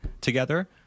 together